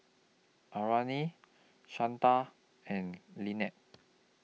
Arlena Shanta and